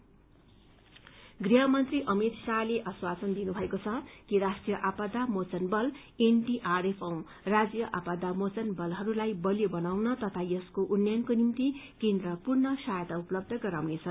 NDRF गृहमन्त्री अमित शाहले आश्वासन दिनुभएको छ कि राष्टीय आपदा मोचन बल एनडीआरएफ अनि राज्य आपदा मोचन बलहरूलाई मजबूज बनाउन तथा यसलाई उन्नयनको निम्ति पूरा सहायता उपलब्ध गर्नेछ